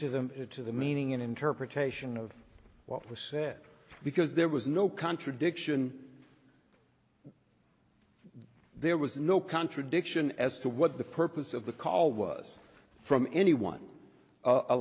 of them to the meaning in interpretation of what was said because there was no contradiction there was no contradiction as to what the purpose of the call was from anyone